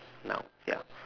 nouns ya